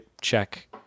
check